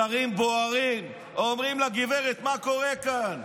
השרים בוערים, אומרים לה: גברת, מה קורה כאן?